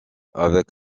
avec